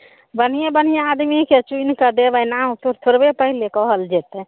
बढ़ियें बढ़ियें आदमीके चुनिकऽ देबै नाम तऽ थोड़बे पहिले कहल जेतै